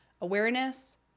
awareness